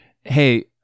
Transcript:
hey